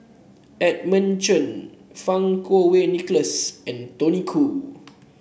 Edmund Chen Fang Kuo Wei Nicholas and Tony Khoo